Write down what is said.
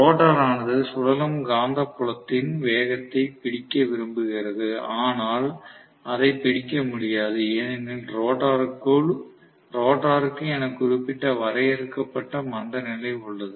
rotor ஆனது சுழலும் கந்த புலத்தின் வேகத்தை பிடிக்க விரும்புகிறது ஆனால் அதை பிடிக்க முடியாது ஏனெனில் ரோட்டருக்கு என குறிப்பிட்ட வரையறுக்கப்பட்ட மந்தநிலை உள்ளது